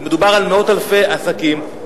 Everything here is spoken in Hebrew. מדובר על מאות אלפי עסקים,